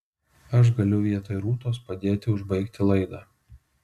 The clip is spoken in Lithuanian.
aš galiu vietoj rūtos padėti užbaigti laidą